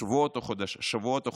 שבועות או חודשים,